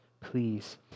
please